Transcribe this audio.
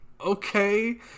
okay